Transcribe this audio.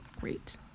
Great